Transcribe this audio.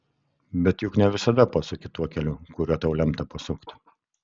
bet juk ne visada pasuki tuo keliu kuriuo tau lemta pasukti